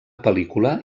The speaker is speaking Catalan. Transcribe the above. pel·lícula